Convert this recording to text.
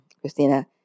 Christina